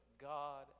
God